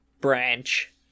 branch